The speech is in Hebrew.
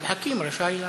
עבד אל חכים רשאי לענות.